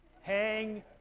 Hang